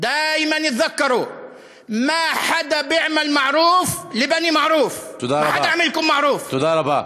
תמיד זוכרים שאף אחד לא עושה טובה לבני מערוף.) תודה רבה.